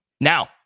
Now